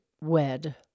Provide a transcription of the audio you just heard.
wed